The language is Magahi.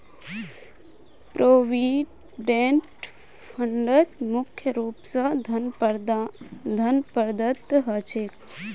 प्रोविडेंट फंडत मुख्य रूप स धन प्रदत्त ह छेक